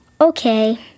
Okay